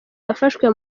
yafashwe